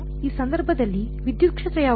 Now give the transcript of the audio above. ಈ ಸಂದರ್ಭದಲ್ಲಿ ವಿದ್ಯುತ್ ಕ್ಷೇತ್ರ ಯಾವುದು